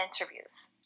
interviews